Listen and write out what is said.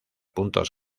puntos